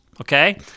Okay